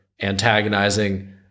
antagonizing